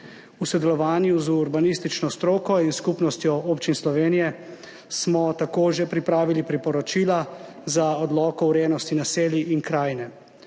V sodelovanju z urbanistično stroko in Skupnostjo občin Slovenije smo tako že pripravili priporočila za Odlok o urejenosti naselij in krajine.